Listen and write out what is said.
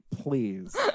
please